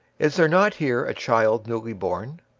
is there not here a child newly born?